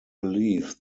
believe